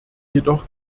jedoch